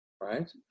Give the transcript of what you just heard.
right